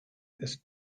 ist